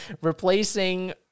replacing